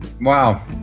Wow